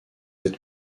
êtes